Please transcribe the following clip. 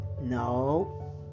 No